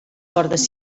cordes